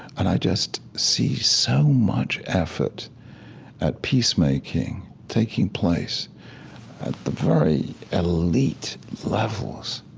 and i just see so much effort at peacemaking taking place at the very elite levels